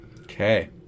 Okay